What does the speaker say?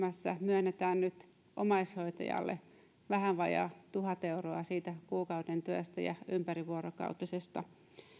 tässä myönnämme omaishoitajalle nyt vähän vajaat tuhat euroa siitä kuukauden työstä ja ympärivuorokautisesta